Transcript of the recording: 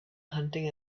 hunting